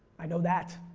i know that.